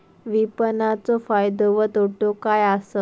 विपणाचो फायदो व तोटो काय आसत?